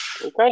Okay